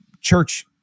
church